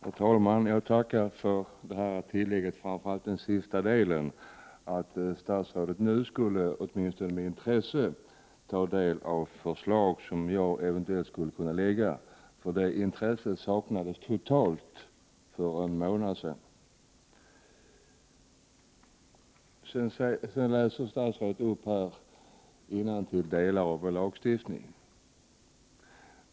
Herr talman! Jag tackar för statsrådets tillägg, framför allt den sista delen, att statsrådet nu med intresse skulle ta del av förslag som jag eventuellt framlägger. Det intresset saknades nämligen totalt för en månad sedan. Statsrådet läste sedan upp delar i vår lagstiftning.